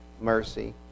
mercy